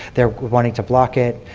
they wanted to block it.